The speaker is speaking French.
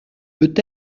peut